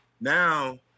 Now